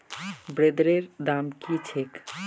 ब्रेदेर दाम की छेक